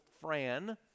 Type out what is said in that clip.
Fran